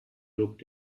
looked